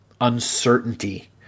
uncertainty